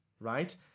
right